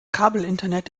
kabelinternet